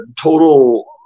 total